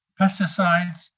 pesticides